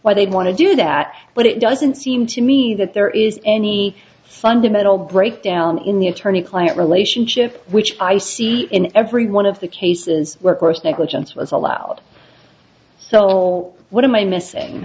why they'd want to do that but it doesn't seem to me that there is any fundamental breakdown in the attorney client relationship which i see in every one of the cases where course negligence was allowed soul what am i missing